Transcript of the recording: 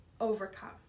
overcome